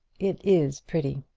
it is pretty.